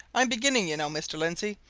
i'm beginning, you know, mr. lindsey,